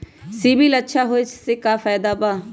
CIBIL अच्छा होऐ से का फायदा बा?